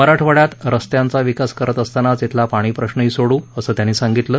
मराठवाड्यात रस्त्यांचा विकास करत असतानाच इथला पाणीप्रश्नही सोडव् असं त्यांनी सांगितलं